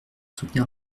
soutenir